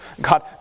God